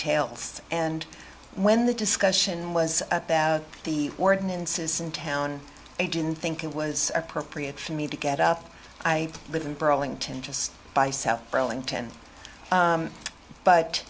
tails and when the discussion was about the ordinances in town i didn't think it was appropriate for me to get out i live in burlington just by south burlington